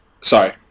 Sorry